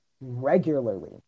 regularly